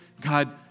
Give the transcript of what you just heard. God